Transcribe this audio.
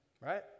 right